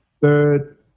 third